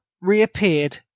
reappeared